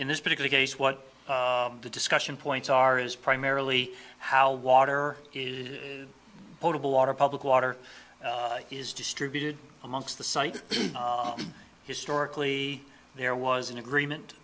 in this particular case what the discussion points are is primarily how water is potable water public water is distributed amongst the site historically there was an agreement